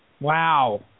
Wow